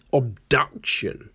abduction